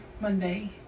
Monday